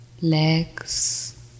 legs